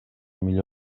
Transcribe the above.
millor